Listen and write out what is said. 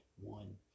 one